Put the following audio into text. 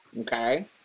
Okay